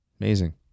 Amazing